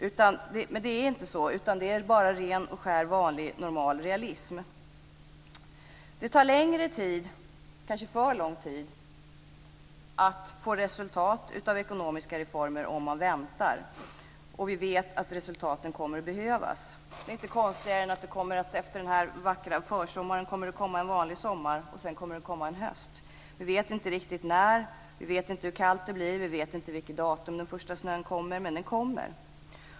Men det är inte så, utan det är bara ren och skär, vanlig och normal realism. Det tar längre tid - kanske för lång tid - att få resultat av ekonomiska reformer om man väntar. Vi vet att resultaten kommer att behövas. Det är inte konstigare än att vi vet att det efter den här vackra försommaren kommer att komma en vanlig sommar, och att det sedan kommer att komma en höst. Vi vet inte riktigt när, vi vet inte hur kallt det blir och vi vet inte vilket datum den första snön kommer - men den kommer.